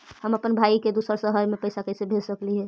हम अप्पन भाई के दूसर शहर में पैसा कैसे भेज सकली हे?